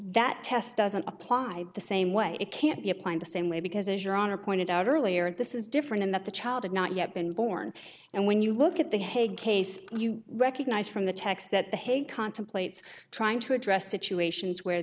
that test doesn't apply the same way it can't be applied the same way because as your honor pointed out earlier this is different in that the child had not yet been born and when you look at the hague case you recognize from the text that the hague contemplates trying to address situations where